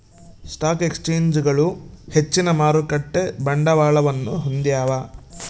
stock ಎಕ್ಸ್ಚೇಂಜ್ಗಳು ಹೆಚ್ಚಿನ ಮಾರುಕಟ್ಟೆ ಬಂಡವಾಳವನ್ನು ಹೊಂದ್ಯಾವ